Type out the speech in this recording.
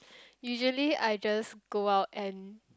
usually I just go out and